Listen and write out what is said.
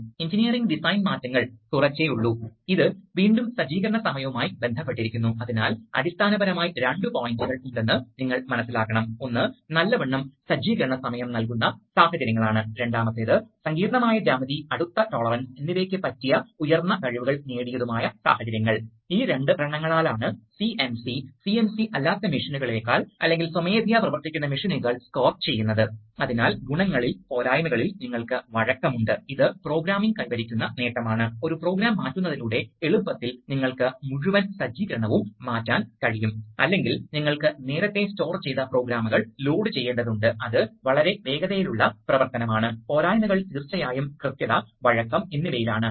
അതിനാൽ സാധാരണയായി ഈ മർദ്ദ വ്യത്യാസം ഉണ്ടാകില്ല സിലിണ്ടറിന് നീങ്ങാൻ സ്വാതന്ത്ര്യമുണ്ടാകും അതിനാൽ യഥാർത്ഥത്തിൽ നമുക്ക് മർദ്ദം മനസ്സിലാക്കാൻ കഴിയും തുടക്കത്തിൽ എന്താണ് സമ്മർദ്ദ വ്യത്യാസം സമ്മർദ്ദ വ്യത്യാസം ഒരേ കാര്യം ത്വരിതപ്പെടുത്താൻ മാത്രം മതി അതിനുശേഷം ആവശ്യമായ മർദ്ദ വ്യത്യാസം എന്താണ് ആവശ്യമായ മർദ്ദ വ്യത്യാസം ഒരു നിശ്ചിത അളവിലുള്ള ക്ലാമ്പിംഗ് ഫോഴ്സ് നേടുക മാത്രമാണ് ശരിയാണ് അതിനാൽ രണ്ട് പോർട്ടുകളിലുടനീളമുള്ള മർദ്ദ വ്യത്യാസം മനസ്സിലാക്കുന്നതിലൂടെ ഒരാൾക്ക് സിലിണ്ടർ പ്രവർത്തിപ്പിക്കാൻ കഴിയും അങ്ങനെ നിശ്ചിത അളവിലുള്ള ക്ലാമ്പിംഗ് ഫോഴ്സ് വികസിപ്പിച്ചതിന് ശേഷം നിർത്തും അതാണ് മുഴുവൻ ആശയം